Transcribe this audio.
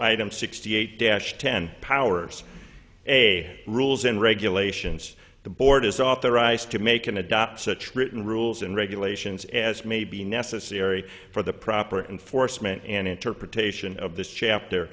item sixty eight dash ten powers a rules and regulations the board is authorized to make and adopt such written rules and regulations as may be necessary for the proper enforcement and interpretation of this chapter